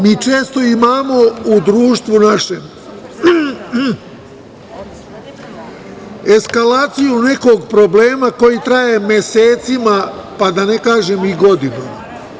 Mi često imamo u našem društvu eskalaciju nekog problema koji traje mesecima, pa da ne kažem i godinama.